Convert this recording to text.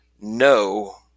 no